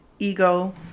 ego